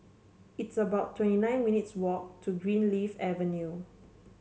it's about twenty nine minutes' walk to Greenleaf Avenue